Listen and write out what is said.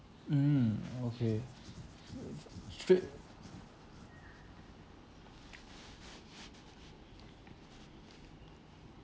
mm okay uh straight